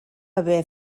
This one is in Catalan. haver